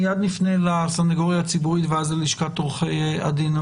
מיד נפנה לסנגוריה הציבורית ואז לשכת עורכי הדין,